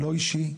לא אישי.